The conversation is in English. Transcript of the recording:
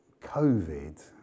COVID